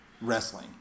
wrestling